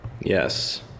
Yes